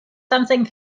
something